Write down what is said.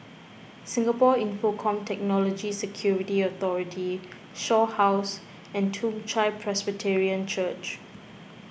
Singapore Infocomm Technology Security Authority Shaw House and Toong Chai Presbyterian Church